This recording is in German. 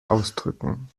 ausdrücken